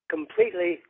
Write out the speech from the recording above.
Completely